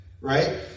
right